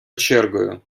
чергою